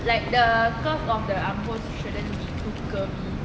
like the curve of the arm hold shouldn't be too curvy